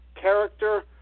character